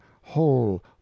whole